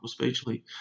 Speechly